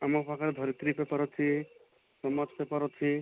ଆମ ପାଖରେ ଧରିତ୍ରୀ ପେପର୍ ଅଛି ସମାଜ ପେପର୍ ଅଛି